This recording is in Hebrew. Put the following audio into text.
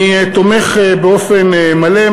אני תומך באופן מלא.